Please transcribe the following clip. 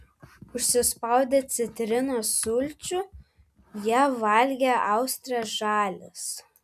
užsispaudę citrinos sulčių jie valgė austres žalias